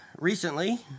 recently